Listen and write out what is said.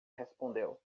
respondeu